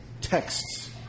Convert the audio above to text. texts